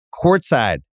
courtside